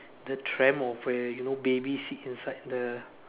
the tramp of where you know baby sit inside the